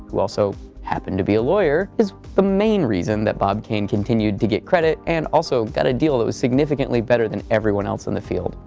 who also happened to be a lawyer, is the main reason that bob kane continued to get credit, and also got a deal that was significantly better than everyone else in the field.